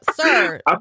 sir